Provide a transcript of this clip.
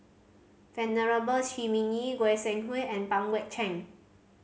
Venerable Shi Ming Yi Goi Seng Hui and Pang Guek Cheng